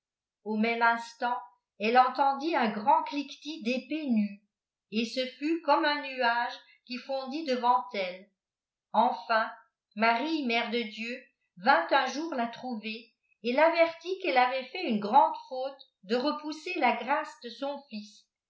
au même instant elle entendis un grand cliquetis d'épées nues et ce fut comme un nuage qui fondit devant elle enfin marie mère de dieu vint un jour la trouver et l'avertit qu'elle avait fait une grauftë fsmte de repousser la grâce de son fils